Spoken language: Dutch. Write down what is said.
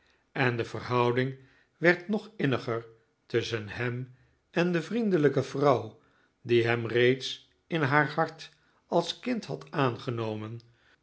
en de verhouding werd nog inniger tusschen hem en de vriendelijke vrouw die hem reeds in haar hart als kind had aangenomen